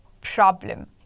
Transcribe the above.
problem